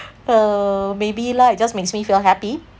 uh maybe lah it just makes me feel happy